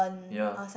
yea